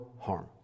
harm